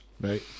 right